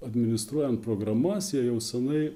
administruojant programas jie jau senai